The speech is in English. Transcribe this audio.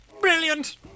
Brilliant